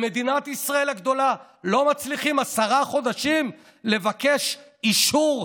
במדינת ישראל הגדולה לא מצליחים עשרה חודשים לבקש אישור,